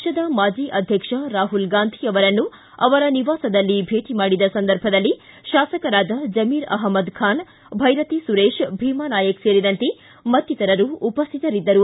ಪಕ್ಷದ ಮಾಜಿ ಅಧ್ಯಕ್ಷ ರಾಹುಲ್ ಗಾಂಧಿ ಅವರನ್ನು ಅವರ ನಿವಾಸದಲ್ಲಿ ಭೇಟ ಮಾಡಿದ ಸಂದರ್ಭದಲ್ಲಿ ಶಾಸಕರಾದ ಜಮೀರ್ ಅಹಮದ್ ಖಾನ್ ಭೈರತಿ ಸುರೇಶ್ ಭೀಮಾ ನಾಯಕ ಸೇರಿದಂತೆ ಮತ್ತಿತರರು ಉಪ್ಯಾತರಿದ್ದರು